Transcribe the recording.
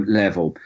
level